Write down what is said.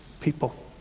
people